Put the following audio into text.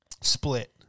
split